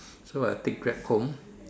so I take Grab home